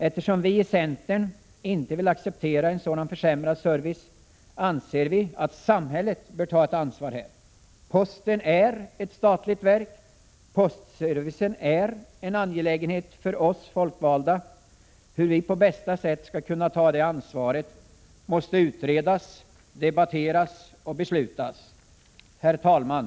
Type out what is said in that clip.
Eftersom vi i centern inte vill acceptera sådana här försämringar i servicen, anser vi att samhället här bör ta ett ansvar. Posten är ett statligt verk, och postservicen är en angelägenhet för oss folkvalda. Hur vi på bästa sätt skall kunna ta det ansvaret måste utredas, debatteras och beslutas. Herr talman!